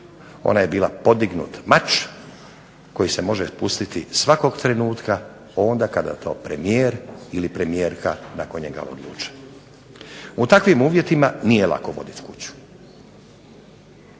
Ona je bila podignut mač koji se može spustiti svakog trenutka, onda kada to premijer ili premijerka nakon njega odluči. U takvim uvjetima nije lako voditi kuću,